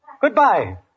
Goodbye